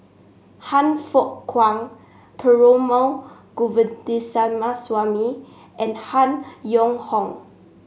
Han Fook Kwang Perumal Govindaswamy and Han Yong Hong